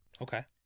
Okay